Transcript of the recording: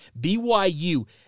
BYU –